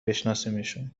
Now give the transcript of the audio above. بشناسیمشون